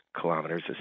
kilometers